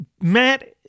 Matt